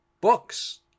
books